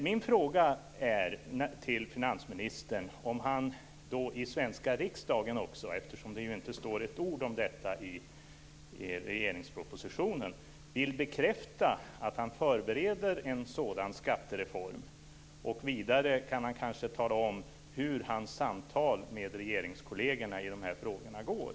Min fråga till finansministern är om han i svenska riksdagen också, eftersom det inte står ett ord om detta i regeringens proposition, vill bekräfta att han förbereder en sådan skattereform. Vidare kan han kanske tala om hur hans samtal med regeringskollegerna i dessa frågor går.